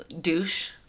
douche